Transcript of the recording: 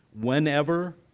whenever